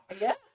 Yes